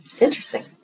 Interesting